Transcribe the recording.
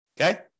Okay